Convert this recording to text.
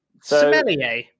Sommelier